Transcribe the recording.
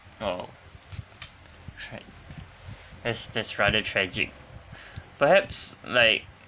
oh tra~ that's that's rather tragic perhaps like